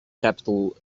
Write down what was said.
capital